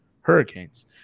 Hurricanes